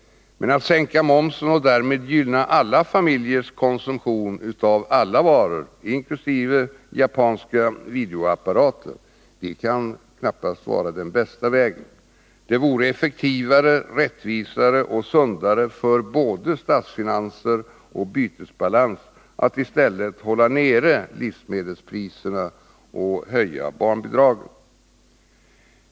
Men att sänka momsen och därmed gynna alla familjers konsumtion av alla varor — inkl. japanska videoapparater — kan inte vara bästa vägen. Det vore effektivare, rättvisare och sundare för både statsfinanser och bytesbalans att i stället hålla nere livsmedelspriserna och höja barnbidragen.